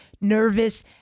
nervous—